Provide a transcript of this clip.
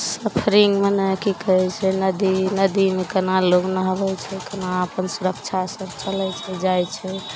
suffering मने कि कहै छै नदी नदीमे कोना लोक नहबै छै कोना अपन सुरक्षासे चलै छै जाए छै